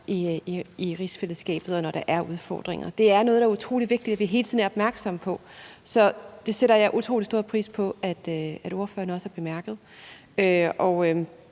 i rigsfællesskabet, når der er udfordringer. Det er noget, der er utrolig vigtigt at vi hele tiden er opmærksomme på, så det sætter jeg utrolig stor pris på at ordføreren også har bemærket.